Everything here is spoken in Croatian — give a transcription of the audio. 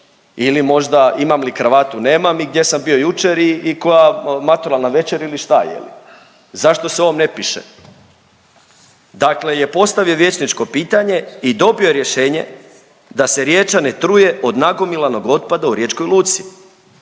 ili možda imam li kravatu, nemam i gdje sam bio jučer i, i koja maturalna večer ili šta je li, zašto se o ovom ne piše, dakle je postavio vijećničko pitanje i dobio je rješenje da se Riječane truje od nagomilanog otpada u Riječkoj luci,